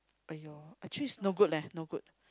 !aiyo! actually is no good leh no good